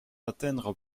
atteindre